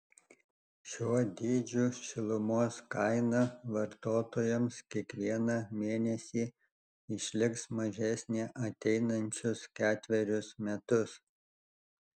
šiuo dydžiu šilumos kaina vartotojams kiekvieną mėnesį išliks mažesnė ateinančius ketverius metus